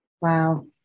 Wow